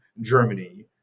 Germany